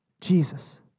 Jesus